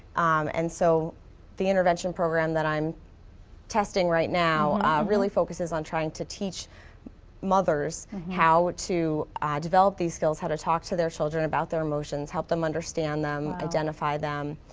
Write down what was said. and so the intervention program that i'm testing right now really focuses on trying to teach mothers how to ah develop these skills, how to talk to their children about their emotions, help them understand them, identify them,